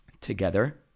together